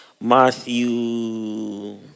Matthew